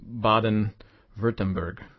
Baden-Württemberg